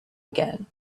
again